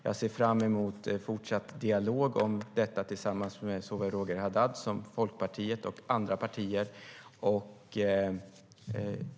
Jag ser fram emot en fortsatt dialog om detta tillsammans med såväl Roger Haddad som Folkpartiet och andra partier.